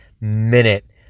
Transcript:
minute